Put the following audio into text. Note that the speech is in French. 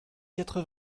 quatre